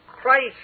Christ